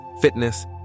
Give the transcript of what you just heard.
fitness